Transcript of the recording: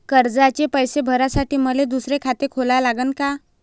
कर्जाचे पैसे भरासाठी मले दुसरे खाते खोला लागन का?